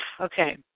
okay